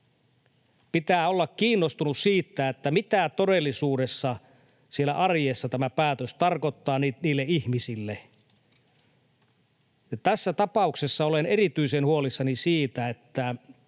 Pitää olla kiinnostunut siitä, mitä todellisuudessa siellä arjessa tämä päätös tarkoittaa niille ihmisille. Tässä tapauksessa olen erityisen huolissani siitä, että